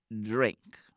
drink